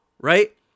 right